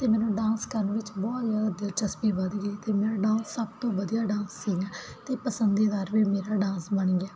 ਤੇ ਮੈਨੂੰ ਡਾਂਸ ਕਰਨ ਵਿੱਚ ਬਹੁਤ ਦਿਲਚਸਪੀ ਵਧ ਗਈ ਤੇ ਮੇਰੇ ਨਾਲ ਸਭ ਤੋਂ ਵਧੀਆ ਡਾਂਸ ਸੀ ਤੇ ਪਸੰਦੀਦਾ ਮੇਰਾ ਡਾਂਸ ਬਣ ਗਿਆ